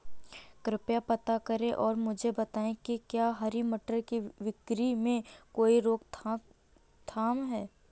कृपया पता करें और मुझे बताएं कि क्या हरी मटर की बिक्री में कोई रोकथाम है?